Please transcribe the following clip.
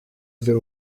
vais